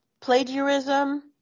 plagiarism